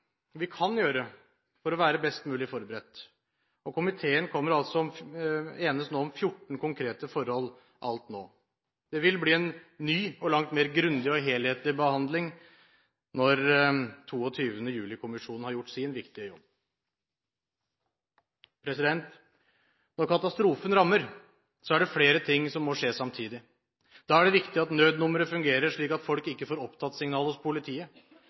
vi kan gjøre for å være best mulig forberedt, og komiteen enes om 14 konkrete forhold alt nå. Det vil bli en ny og langt mer grundig og helhetlig behandling når 22. juli-kommisjonen har gjort sin viktige jobb. Når katastrofen rammer, er det flere ting som må skje samtidig. Da er det viktig at nødnummeret fungerer, slik at folk ikke får opptattsignal hos politiet.